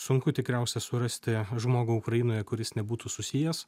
sunku tikriausia surasti žmogų ukrainoje kuris nebūtų susijęs